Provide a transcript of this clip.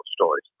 stories